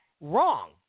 wrong